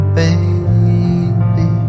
baby